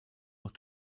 noch